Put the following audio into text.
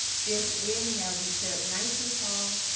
big inhale as you sit up nice and tall.